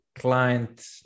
client